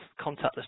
contactless